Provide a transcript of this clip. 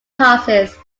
passes